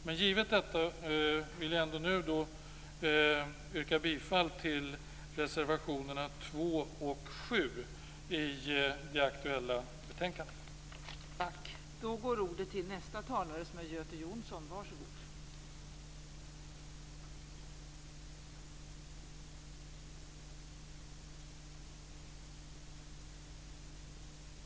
Men givet detta vill jag nu ändå yrka bifall till reservationerna 2 och 7 till det aktuella betänkandet.